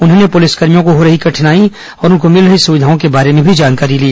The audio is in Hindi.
उन्होंने पुलिसकर्मियों को हो रही कठिनाई और उनको मिल रही सुविधाओं के बारे में भी जानकारी ली